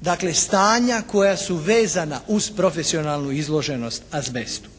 dakle stanja koja su vezana uz profesionalnu izloženost azbestu.